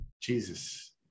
Jesus